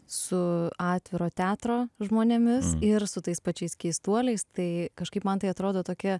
su atviro teatro žmonėmis ir su tais pačiais keistuoliais tai kažkaip man tai atrodo tokia